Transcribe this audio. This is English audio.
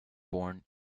born